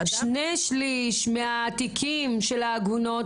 שני שלישים מהתיקים של העגונות,